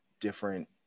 different